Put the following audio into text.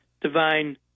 divine